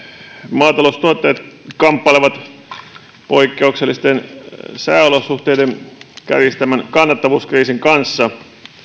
maataloustuotteet kamppailevat poikkeuksellisten sääolosuhteiden kärjistämän kannattavuuskriisin kanssa